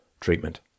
treatment